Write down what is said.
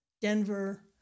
Denver